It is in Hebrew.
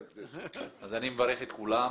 אני מברך את כולם.